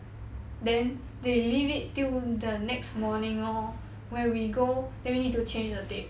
then they leave it till the next morning lor where we go then we need to change the tape